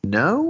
no